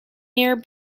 near